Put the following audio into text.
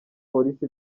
polisi